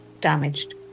damaged